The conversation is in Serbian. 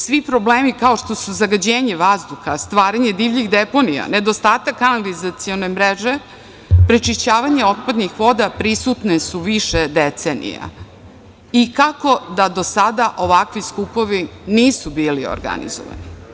Svi problemi, kao što su zagađenje vazduha, stvaranje divljih deponija, nedostatak kanalizacione mreže, prečišćavanje otpadnih voda prisutne su više decenija i kako da do sada ovakvi skupovi nisu bili organizovani?